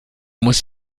muss